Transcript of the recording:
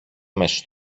αμέσως